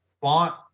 font